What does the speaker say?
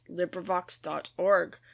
LibriVox.org